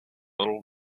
little